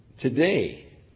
today